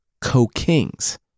co-kings